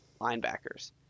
linebackers